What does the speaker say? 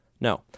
No